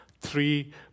Three